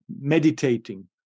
meditating